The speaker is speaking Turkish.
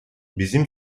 bizim